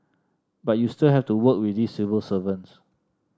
but you still have to work with these civil servants